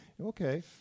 okay